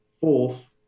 Fourth